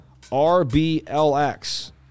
RBLX